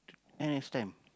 n_s time